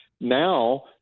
now